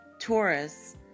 Taurus